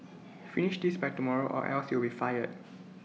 finish this by tomorrow or else you'll be fired